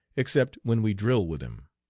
except when we drill with him.